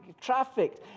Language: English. trafficked